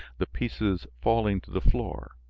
the pieces falling to the floor.